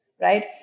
Right